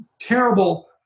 terrible